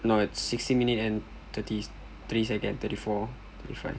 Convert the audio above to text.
now it's sixty minutes and thirty three second thirty four thirty five